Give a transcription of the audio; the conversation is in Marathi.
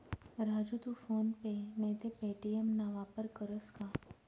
राजू तू फोन पे नैते पे.टी.एम ना वापर करस का?